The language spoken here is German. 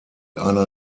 einer